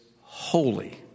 holy